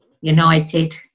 United